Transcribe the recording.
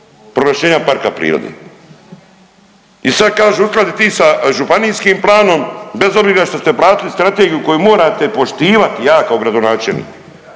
proglašenja parka prirode? I sad kažu uskladi ti sa županijskih planom bez obzira što ste platili strategiju koju morate poštivati, ja kao gradonačelnik,